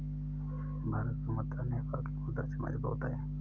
भारत की मुद्रा नेपाल की मुद्रा से मजबूत है